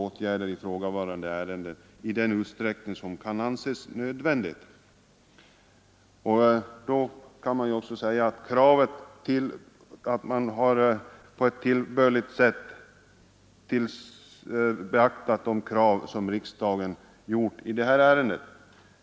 Åtgärder har vidtagits i den utsträckning som kan anses nödvändig, och då kan det ju också sägas att man på ett tillbörligt sätt beaktat de krav Nr 74 som riksdagen framfört. Torsdagen den Herr talman!